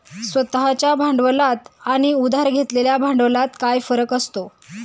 स्वतः च्या भांडवलात आणि उधार घेतलेल्या भांडवलात काय फरक असतो?